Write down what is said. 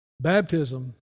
Baptism